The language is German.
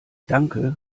danke